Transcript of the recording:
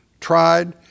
tried